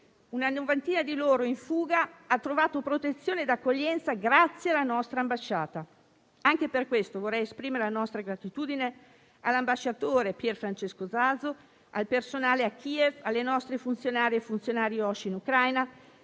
Una novantina di loro in fuga ha trovato protezione ed accoglienza grazie alla nostra ambasciata. Anche per questo vorrei esprimere la nostra gratitudine all'ambasciatore Pier Francesco Zazo, al personale a Kiev, alle nostre funzionarie e ai nostri funzionari